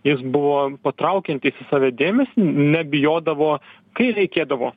jis buvo patraukiantis į save dėmesį nebijodavo kai reikėdavo